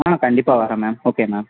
ஆ கண்டிப்பாக வரேன் ma'am okay ma'am